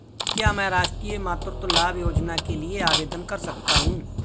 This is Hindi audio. क्या मैं राष्ट्रीय मातृत्व लाभ योजना के लिए आवेदन कर सकता हूँ?